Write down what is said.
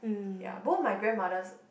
ya both my grandmothers